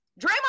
Draymond